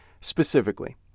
specifically